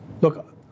look